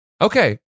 Okay